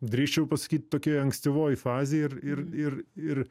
drįsčiau pasakyt tokioj ankstyvoj fazėj ir ir ir ir